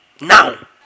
Now